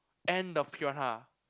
and the piranha